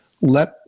Let